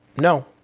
No